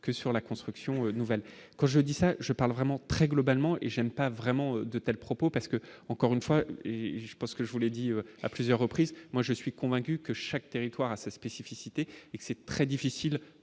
que sur la construction nouvelle, quand je dis ça je parle vraiment très globalement et j'aime pas vraiment de tels propos parce que, encore une fois et je pense que je vous l'ai dit à plusieurs reprises, moi je suis convaincu que chaque territoire a sa spécificité et c'est très difficile